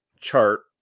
chart